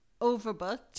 overbooked